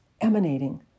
emanating